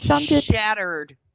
shattered